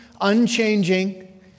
unchanging